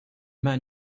man